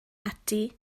ati